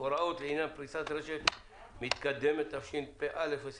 (הוראות לעניין פריסת רשת מתקדמת), התשפ"א-2020,